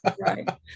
Right